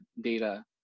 data